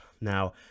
Now